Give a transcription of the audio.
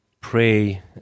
pray